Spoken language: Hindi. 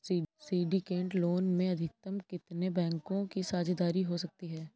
सिंडिकेट लोन में अधिकतम कितने बैंकों की साझेदारी हो सकती है?